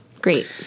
Great